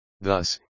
Thus